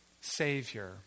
Savior